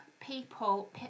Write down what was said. people